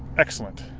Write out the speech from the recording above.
excellent.